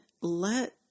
let